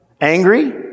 Angry